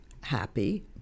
happy